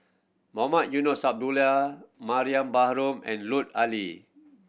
Mohamed Eunos Abdullah Mariam Baharom and Lut Ali